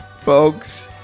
folks